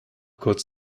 kurz